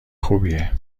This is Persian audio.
خوبیه